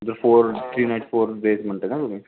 तर four three night four days म्हणता आहे ना तुम्ही